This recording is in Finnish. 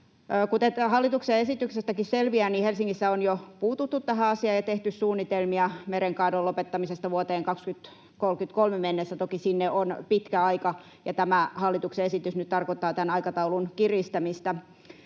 tästä hallituksen esityksestäkin selviää, Helsingissä on jo puututtu tähän asiaan ja tehty suunnitelmia mereen kaadon lopettamisesta vuoteen 2033 mennessä. Toki sinne on pitkä aika, ja tämä hallituksen esitys nyt tarkoittaa tämän aikataulun kiristämistä.